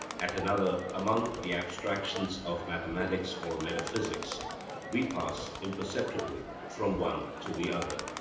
at another among the abstractions of mathematics or metaphysics we pass imperceptibly from one to the other.